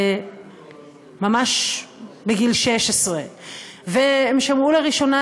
ממש בגיל 16,הם שמעו לראשונה,